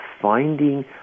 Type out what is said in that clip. finding